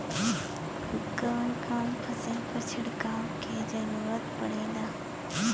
कवन कवन फसल पर छिड़काव के जरूरत पड़ेला?